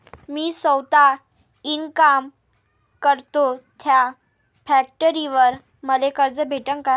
मी सौता इनकाम करतो थ्या फॅक्टरीवर मले कर्ज भेटन का?